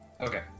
Okay